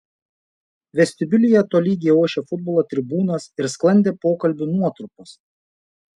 vestibiulyje tolygiai ošė futbolo tribūnos ir sklandė pokalbių nuotrupos